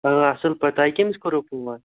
آ اَصٕل پٲٹھۍ تۄہہِ کیٚمِس کوٚروٕ فون